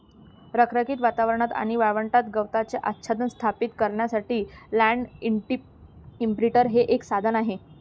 रखरखीत वातावरणात आणि वाळवंटात गवताचे आच्छादन स्थापित करण्यासाठी लँड इंप्रिंटर हे एक साधन आहे